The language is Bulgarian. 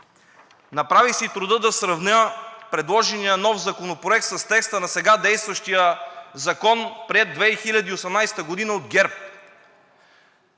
направих си труда да сравня предложения нов законопроект с текста на сега действащия закон, приет 2018 г. от ГЕРБ.